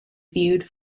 viewed